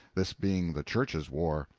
this being the church's war.